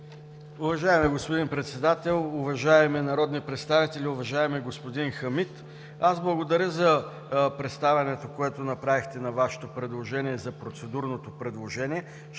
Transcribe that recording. Уважаеми господин председател, уважаеми народни представители, уважаеми господин Хамид! Благодаря за представянето, което направихте на Вашето процедурно предложение.